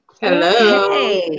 Hello